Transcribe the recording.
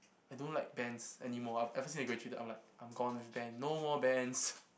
I don't like bands anymore ever since I graduated I'm like I'm gone with band no more bands